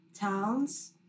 towns